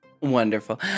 Wonderful